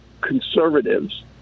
conservatives